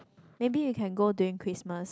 maybe we can go during Christmas